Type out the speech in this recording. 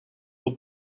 for